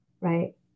right